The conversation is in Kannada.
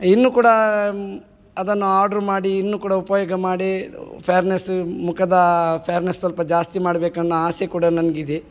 ಇನ್ನು ಕೂಡ ಅದನ್ನು ಆರ್ಡರ್ ಮಾಡಿ ಇನ್ನು ಕೂಡ ಉಪಯೋಗ ಮಾಡಿ ಫ್ಯಾರ್ನೆಸ್ಸು ಮುಖದ ಫ್ಯಾರ್ನೆಸ್ ಸ್ವಲ್ಪ ಜಾಸ್ತಿ ಮಾಡಬೇಕನ್ನೊ ಆಸೆ ಕೂಡ ನನಗಿದೆ